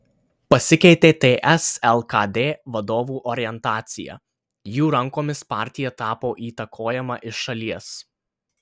pasikeitė ts lkd vadovų orientacija jų rankomis partija tapo įtakojama iš šalies